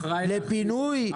לפינוי?